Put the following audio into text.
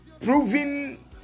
proven